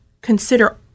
consider